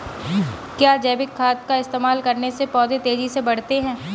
क्या जैविक खाद का इस्तेमाल करने से पौधे तेजी से बढ़ते हैं?